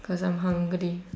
cause I'm hungry